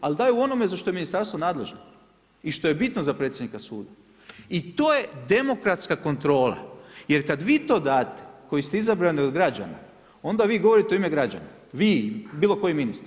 Ali daje u onome za što je ministarstvo nadležno i što je bitno za predsjednika suda i to je demokratska kontrola, jer kad vi to date, koji ste izabrani od građana, onda vi to govorite u ime građana, vi bilo koji ministar.